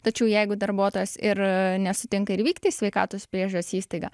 tačiau jeigu darbuotojas ir nesutinka ir vykti į sveikatos priežiūros įstaigą